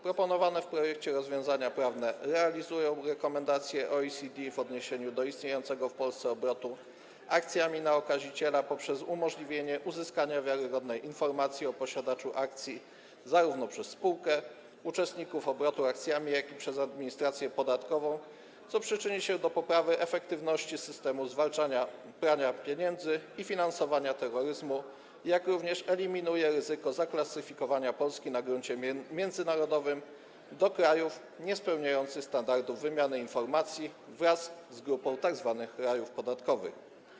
Proponowane w projekcie rozwiązania prawne realizują rekomendacje OECD w odniesieniu do istniejącego w Polsce obrotu akcjami na okaziciela poprzez umożliwienie uzyskania wiarygodnej informacji o posiadaczu akcji zarówno przez spółkę, uczestników obrotu akcjami, jak i przez administrację podatkową, co przyczyni się do poprawy efektywności systemu zwalczania prania pieniędzy i finansowania terroryzmu, jak również wyeliminuje ryzyko zaklasyfikowania Polski na gruncie międzynarodowym do krajów niespełniających standardów wymiany informacji, wraz z grupą tzw. rajów podatkowych.